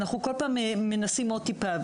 בכל פעם אנחנו מנסים עוד טיפה,